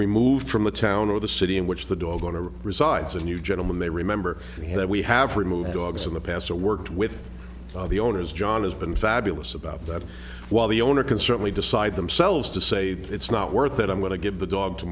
removed from the town or the city in which the dog owner resides and you gentlemen may remember that we have removed dogs in the past or worked with the owners john has been fabulous about that while the owner can certainly decide themselves to say that it's not worth it i'm going to give the dog to